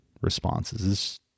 responses